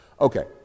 okay